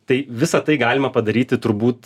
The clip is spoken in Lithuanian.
tai visa tai galima padaryti turbūt